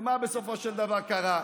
ומה בסופו של דבר קרה?